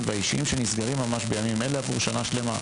שנסגרים ממש בימים אלה לשנה שלמה.